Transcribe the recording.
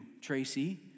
Tracy